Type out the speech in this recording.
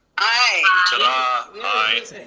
aye. ta-dah, aye.